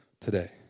today